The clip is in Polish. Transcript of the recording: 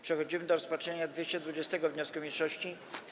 Przechodzimy do rozpatrzenia 220. wniosku mniejszości.